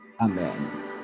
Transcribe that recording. amen